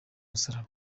musaraba